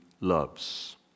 loves